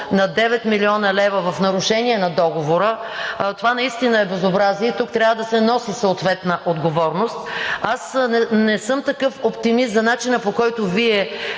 на 9 млн. лв. в нарушение на договора. Това наистина е безобразие и тук трябва да се носи съответната отговорност. Аз не съм такъв оптимист за начина, по който Вие